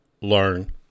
learn